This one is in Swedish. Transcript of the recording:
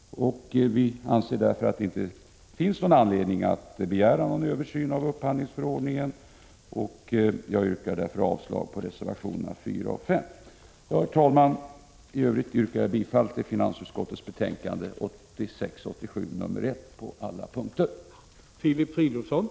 Vi anser därför att det inte finns anledning att begära någon översyn av upphandlingsförordningen, och jag yrkar avslag på reservationerna 4 och 5. Herr talman! I övrigt yrkar jag bifall till finansutskottets hemställan i betänkandet 1986/87:1 på alla punkter.